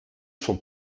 sont